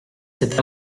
cet